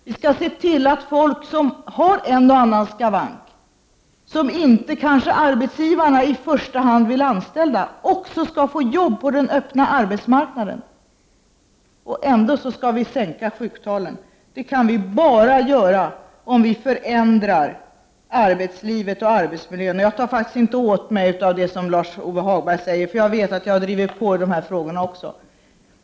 Vi skall se till att också människor som har en och annan skavank, människor som arbetsgivarna i första hand kanske inte vill anställa, kan få arbete på den öppna arbetsmarknaden. Men vi skall ändå se till att sänka sjuktalen. Detta kan vi bara göra genom att förändra arbetslivet och arbetsmiljön. Jag tar faktiskt inte åt mig av det som Lars-Ove Hagberg säger, eftersom jag vet att jag har varit pådrivande även i dessa frågor.